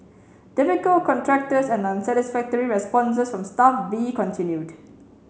difficult contractors and unsatisfactory responses from Staff B continued